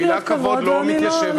המילה כבוד לא מתיישבת עם הבית הזה.